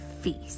feast